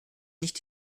nicht